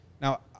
Now